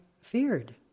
feared